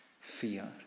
fear